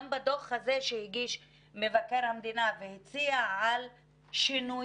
גם בדוח הזה שהגיש מבקר המדינה והציע שינויים